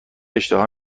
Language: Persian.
اشتها